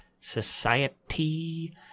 society